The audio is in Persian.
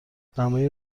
دمای